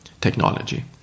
technology